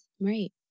Right